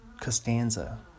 Costanza